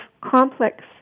complex